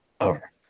over